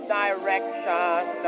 direction